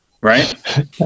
right